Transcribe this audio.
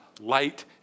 light